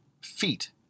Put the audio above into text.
feet